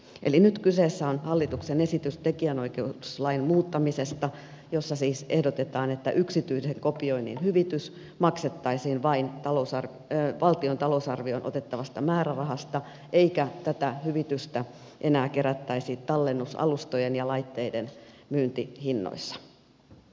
eli nyt kyseessä on hallituksen esitys tekijänoikeuslain muuttamisesta jossa siis ehdotetaan että yksityisen kopioinnin hyvitys maksettaisiin vain valtion talousarvioon otettavasta määrärahasta eikä tätä hyvitystä enää kerättäisi tallennusalustojen ja laitteiden myyntihinnoissa